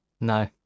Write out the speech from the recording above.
No